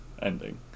ending